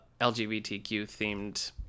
LGBTQ-themed